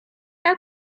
how